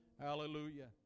Hallelujah